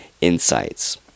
insights